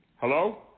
Hello